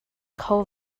kho